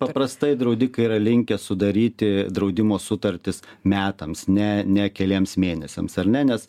paprastai draudikai yra linkę sudaryti draudimo sutartis metams ne ne keliems mėnesiams ar ne nes